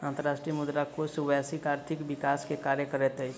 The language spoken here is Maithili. अंतर्राष्ट्रीय मुद्रा कोष वैश्विक आर्थिक विकास के कार्य करैत अछि